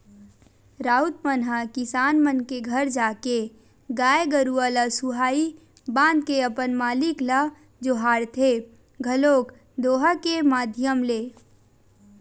राउत मन ह किसान मन घर जाके गाय गरुवा ल सुहाई बांध के अपन मालिक ल जोहारथे घलोक दोहा के माधियम ले